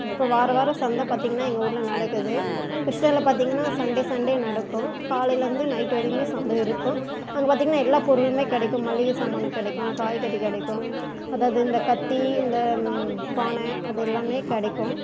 இப்போ வாரவாரம் சந்தை பார்த்திங்கன்னா எங்கள் ஊரில் நடக்குது கிருஷ்ணகிரியில் பார்த்திங்கன்னா சண்டே சண்டே நடக்கும் காலையிலேர்ந்து நைட்டு வரையும் சந்தை இருக்கும் அங்கே பார்த்திங்கன்னா எல்லா பொருளும் கிடைக்கும் மளிகை சாமான் கிடைக்கும் காய்கறி கிடைக்கும் அதாவது இந்த கத்தி இந்த பானை அதெல்லாம் கிடைக்கும்